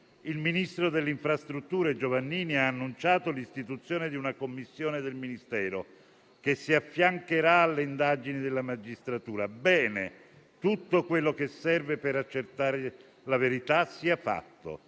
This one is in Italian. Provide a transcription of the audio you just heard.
mobilità sostenibili, Giovannini, ha annunciato l'istituzione di una commissione del Ministero, che si affiancherà alle indagini della magistratura. Bene: tutto quello che serve per accertare la verità sia fatto.